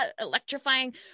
electrifying